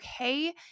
okay